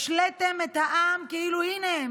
השליתם את העם כאילו הינה,